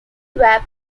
were